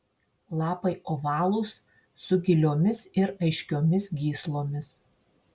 lapai ovalūs su giliomis ir aiškiomis gyslomis